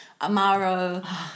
Amaro